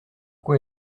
quoi